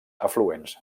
afluents